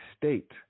state